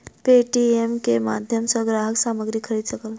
Paytm के माध्यम सॅ ग्राहक सामग्री खरीद सकल